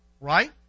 right